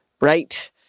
Right